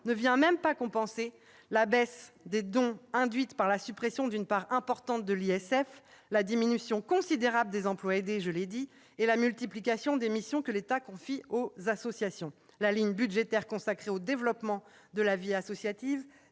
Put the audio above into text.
ne vient même pas compenser la baisse des dons induite par la suppression d'une part importante de l'ISF, la diminution considérable des emplois aidés et la multiplication des missions que l'État confie aux associations, la ligne budgétaire consacrée au développement de la vie associative